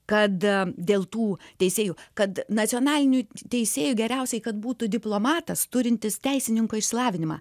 kad dėl tų teisėjų kad nacionaliniu teisėju geriausiai kad būtų diplomatas turintis teisininko išsilavinimą